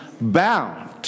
bound